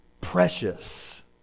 precious